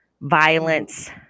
violence